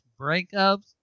breakups